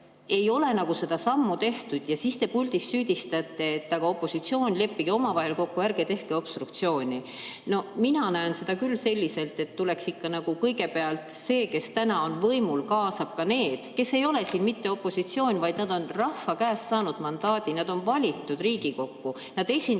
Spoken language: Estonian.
Ei ole seda sammu tehtud. Siis te puldis süüdistate, et opositsioon, leppige omavahel kokku, ärge tehke obstruktsiooni. Mina näen seda küll selliselt, et tuleks ikka teha nii, et kõigepealt see, kes on võimul, kaasab ka need, kes ei ole siin mitte [lihtsalt] opositsioon, vaid on rahva käest saanud mandaadi. Nad on valitud Riigikokku, nad esindavad